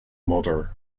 modder